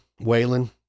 Waylon